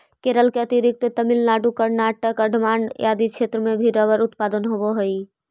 केरल के अतिरिक्त तमिलनाडु, कर्नाटक, अण्डमान आदि क्षेत्र में भी रबर उत्पादन होवऽ हइ